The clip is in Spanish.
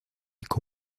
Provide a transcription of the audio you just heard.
con